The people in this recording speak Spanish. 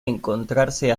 encontrarse